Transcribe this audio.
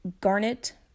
garnet